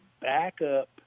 backup